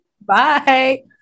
bye